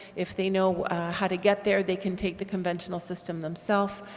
if they know how to get there they can take the conventional system themselves,